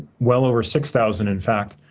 well over six thousand in fact,